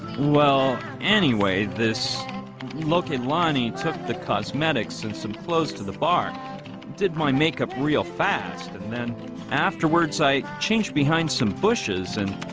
well anyway this lokelani took the cosmetics and some clothes to the barn did my makeup real fast and then afterwards i changed behind some bushes and